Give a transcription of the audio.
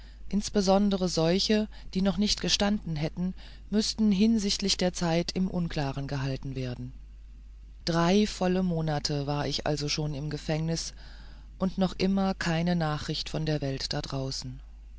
insbesondere solche die noch nicht gestanden hätten müßten hinsichtlich der zeit im unklaren gehalten werden drei volle monate war ich also schon im gefängnis und noch immer keine nachricht aus der welt da draußen